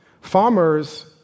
Farmers